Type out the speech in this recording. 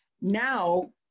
now